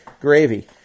gravy